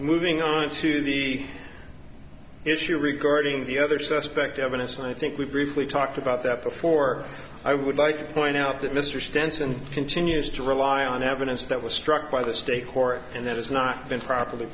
moving on to the issue regarding the other suspect evidence and i think we've briefly talked about that before i would like to point out that mr stenson continues to rely on evidence that was struck by the state court and that has not been properly